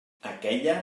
aquella